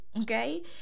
okay